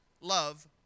love